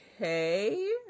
okay